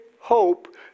hope